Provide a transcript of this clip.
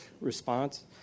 response